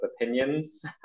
opinions